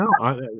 No